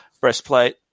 breastplate –